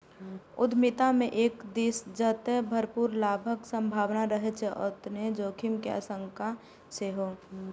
उद्यमिता मे एक दिस जतय भरपूर लाभक संभावना रहै छै, ओतहि जोखिम के आशंका सेहो